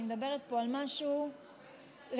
אני מדברת פה על משהו רציני,